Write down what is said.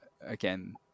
again